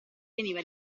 veniva